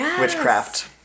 witchcraft